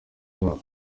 zabo